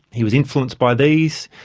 he was influenced by these.